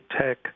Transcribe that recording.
tech